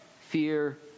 fear